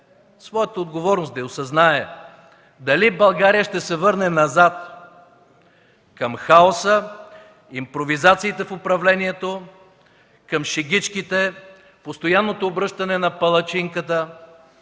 своята отговорност, да осъзнае дали България ще се върне назад към хаоса, импровизациите в управлението, към шегичките, постоянното обръщане на палачинката